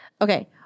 Okay